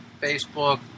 Facebook